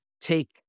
take